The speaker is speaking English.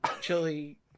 chili